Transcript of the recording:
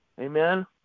Amen